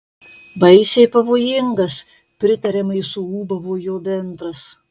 baisiai pavojingas pritariamai suūbavo jo bendras